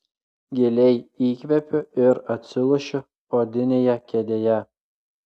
giliai įkvepiu ir atsilošiu odinėje kėdėje